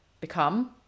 become